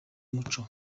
muco